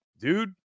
dude